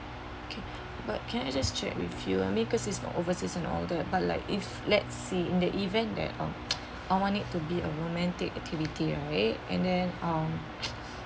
okay but can I just check with you um I mean is because overseas and all that but like if let's say in the event that uh I want it to be a romantic activity right and then mm